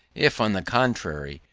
if, on the contrary,